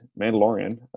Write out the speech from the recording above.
Mandalorian